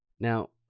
Now